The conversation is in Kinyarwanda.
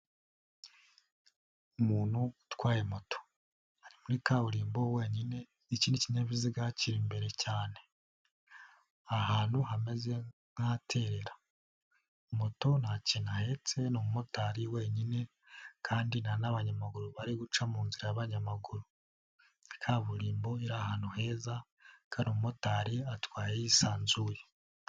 Umuntu utwaye moto ari muri kaburimbo wenyine ikindi kinyabiziga kiri imbere cyane ahantu hameze nk'ahaterera, moto nta kintu ahetse ni umumotari wenyine kandi nta n'abanyamaguru bari guca mu nzira y'abanyamaguru kaburimbo yari ahantu heza kandi umumotari atwaye yisanzuye.